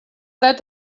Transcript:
that